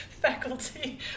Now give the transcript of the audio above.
Faculty